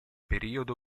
periodo